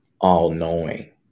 all-knowing